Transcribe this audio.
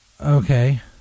Okay